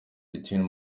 between